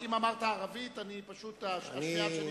אם אמרת ערבית, פשוט השמיעה שלי.